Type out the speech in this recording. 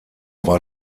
war